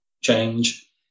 change